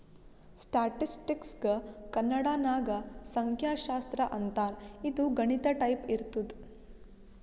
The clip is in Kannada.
ಸ್ಟ್ಯಾಟಿಸ್ಟಿಕ್ಸ್ಗ ಕನ್ನಡ ನಾಗ್ ಸಂಖ್ಯಾಶಾಸ್ತ್ರ ಅಂತಾರ್ ಇದು ಗಣಿತ ಟೈಪೆ ಇರ್ತುದ್